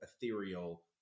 ethereal